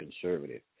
conservative